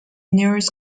nearest